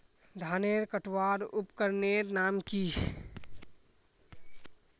धानेर कटवार उपकरनेर नाम की?